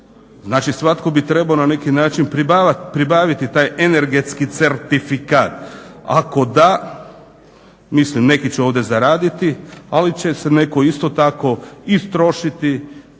Znači, svatko bi trebao na neki način pribaviti taj energetski certifikat. Ako da, mislim neki će ovdje zaraditi, ali će se netko isto tako istrošiti,